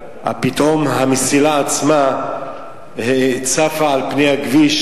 פתאום המסילה עצמה צפה על פני הכביש.